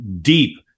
deep